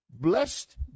Blessed